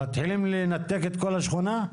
מתחילים לנתק את כל השכונה?